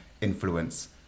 influence